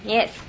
Yes